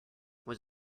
was